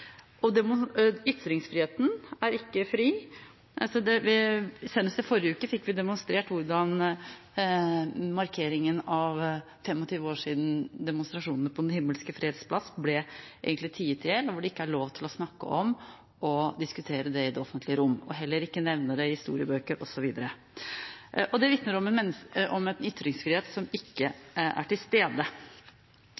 i Kina. Ytringsfriheten er ikke til stede. Senest i forrige uke fikk vi demonstrert hvordan markeringen av at det var 25 års siden demonstrasjonene på Den himmelske freds plass egentlig ble tiet i hjel. Det er ikke lov til å snakke om eller diskutere dette i det offentlige rom. Man kan heller ikke nevne det i historiebøkene osv. Det vitner om en ytringsfrihet som ikke